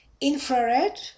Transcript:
infrared